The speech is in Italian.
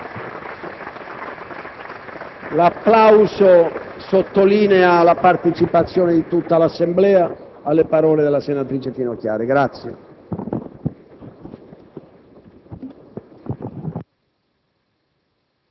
L'applauso sottolinea la partecipazione di tutta l'Assemblea alle parole della senatrice Finocchiaro.